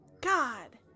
God